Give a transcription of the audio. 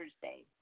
Thursday